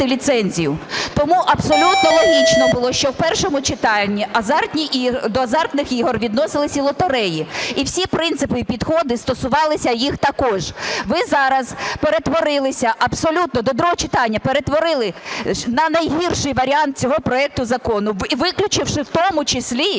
ліцензію. Тому абсолютно логічно було, що в першому читанні до азартних ігор відносились і лотереї, і всі принципи і підходи стосувалися їх також. Ви зараз перетворилися абсолютно, до другого читання перетворили на найгірший варіант цього проекту закону, і виключивши в тому числі,